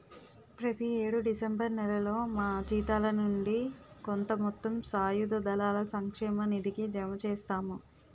ప్రతి యేడు డిసెంబర్ నేలలో మా జీతాల నుండి కొంత మొత్తం సాయుధ దళాల సంక్షేమ నిధికి జమ చేస్తాము